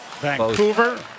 Vancouver